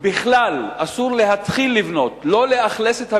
בכלל אסור להתחיל לבנות, לא לאכלס את הבניינים,